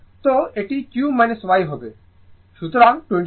সুতরাং এটি q y হবে